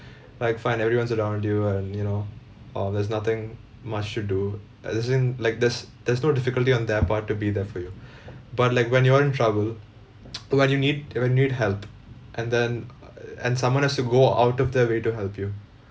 like fine everyone's around you and you know uh there's nothing much to do as in like there's there's no difficulty on their part to be there for you but like when you're in trouble when you need when you need help and then uh and someone has to go out of their way to help you